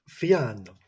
Fiano